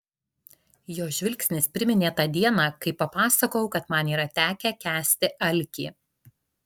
jo žvilgsnis priminė tą dieną kai papasakojau kad man yra tekę kęsti alkį